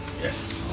Yes